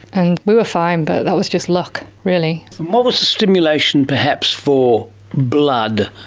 and we were fine, but that was just luck really. and what was the stimulation perhaps for blood,